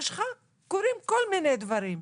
בחשיכה קורים כל מיני דברים.